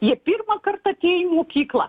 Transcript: jie pirmą kartą atėjo į mokyklą